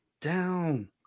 down